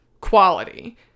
quality